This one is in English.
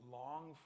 long